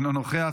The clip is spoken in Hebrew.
אינו נוכח,